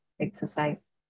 exercise